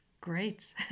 Great